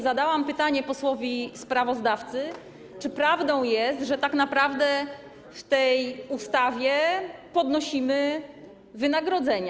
Zadałam pytanie posłowi sprawozdawcy, czy prawdą jest, że tak naprawdę w tej ustawie podnosimy wynagrodzenia.